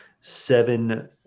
seven